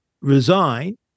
resign